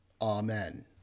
Amen